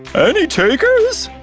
any takers?